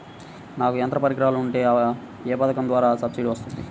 నాకు యంత్ర పరికరాలు ఉంటే ఏ పథకం ద్వారా సబ్సిడీ వస్తుంది?